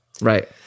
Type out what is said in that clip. Right